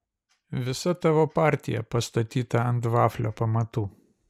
visa tavo partija pastatyta ant vaflio pamatų